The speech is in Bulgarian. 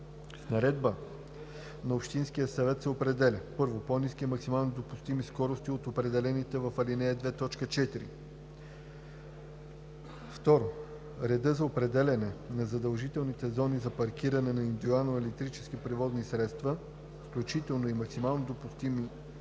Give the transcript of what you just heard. С наредба на общинския съвет се определя: 1. по-ниски максимално допустими скорости от определените в ал. 2, т. 4; 2. редът за определяне на задължителните зони за паркиране на индивидуални електрически превозни средства, включително и максимално допустимия брой,